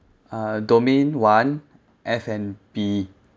uh domain one F&B